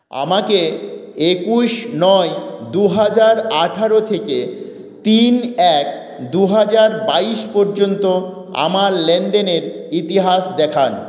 আমাকে একুশ নয় দু হাজার আঠারো থেকে তিন এক দু হাজার বাইশ পর্যন্ত আমার লেনদেনের ইতিহাস দেখান